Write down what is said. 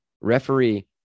referee